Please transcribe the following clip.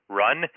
run